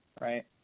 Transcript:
Right